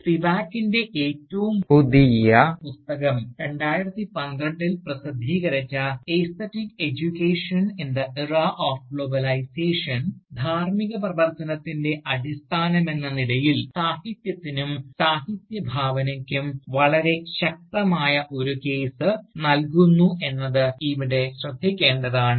സ്പിവാക്കിൻറെ ഏറ്റവും പുതിയ പുസ്തകം 2012 ൽ പ്രസിദ്ധീകരിച്ച aesthetic education in the era of globalization ധാർമ്മിക പ്രവർത്തനത്തിൻറെ അടിസ്ഥാനമെന്ന നിലയിൽ സാഹിത്യത്തിനും സാഹിത്യ ഭാവനയ്ക്കും വളരെ ശക്തമായ ഒരു കേസ് നൽകുന്നു എന്നത് ഇവിടെ ശ്രദ്ധിക്കേണ്ടതാണ്